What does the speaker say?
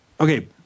okay